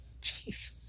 Jesus